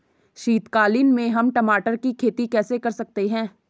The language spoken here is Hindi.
शीतकालीन में हम टमाटर की खेती कैसे कर सकते हैं?